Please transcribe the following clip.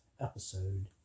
episode